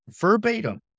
verbatim